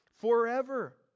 forever